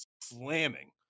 slamming